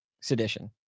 sedition